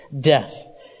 death